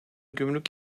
gümrük